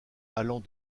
allant